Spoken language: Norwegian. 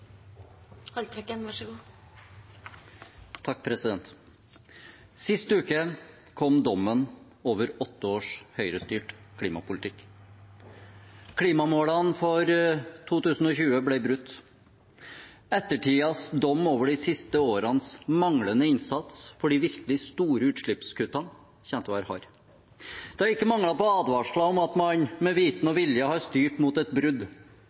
Sist uke kom dommen over åtte års høyrestyrt klimapolitikk. Klimamålene for 2020 ble brutt. Ettertidens dom over de siste årenes manglende innsats for de virkelig store utslippskuttene kommer til å være hard. Det har ikke manglet på advarsler om at man med vitende og vilje har styrt mot et brudd.